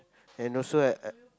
and also I I